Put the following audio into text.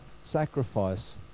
sacrifice